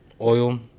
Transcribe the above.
oil